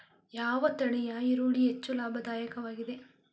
ಯಾವ ತಳಿಯ ಈರುಳ್ಳಿ ಹೆಚ್ಚು ಲಾಭದಾಯಕವಾಗಿದೆ?